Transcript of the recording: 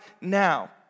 now